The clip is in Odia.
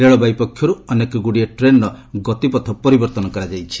ରେଳବାଇ ପକ୍ଷରୁ ଅନେକଗୁଡିଏ ଟ୍ରେନର ଗତିପଥ ପରିବର୍ତ୍ତନ କରାଯାଇଛି